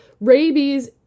rabies